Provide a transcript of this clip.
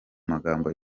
magambo